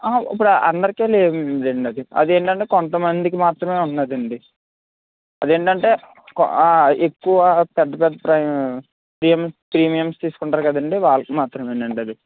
ఇప్పుడు అందరికి లేదండి అది అదేంటంటే కొంతమందికి మాత్రమే ఉన్నదండి అదేంటంటే ఎక్కువ పెద్ద పెద్ద ప్రీం ప్రీమియమ్స్ తీసుకుంటారు కదండీ వాళ్ళకి మాత్రమేనండి అది